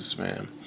man